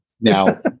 Now